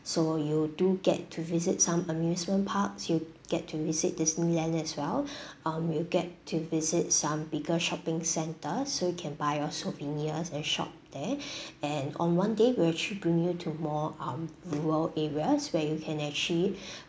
so you do get to visit some amusement parks you get to visit disneyland as well um you'll get to visit some bigger shopping centre so you can buy your souvenirs and shop there and on one day we'll actually bring you to more um rural areas where you can actually